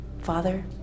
Father